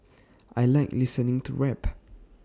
I Like listening to rap